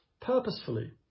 purposefully